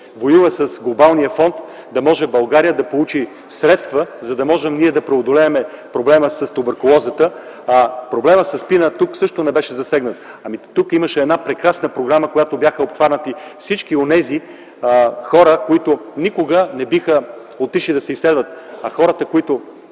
воюва с Глобалния фонд, за да може България да получи средства, за да можем ние да преодолеем проблема с туберкулозата. Тук не беше засегнат проблемът със СПИН. Ами имаше една прекрасна програма, в която бяха обхванати всички онези хора, които никога не биха отишли да се изследват. А хората, които